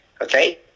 Okay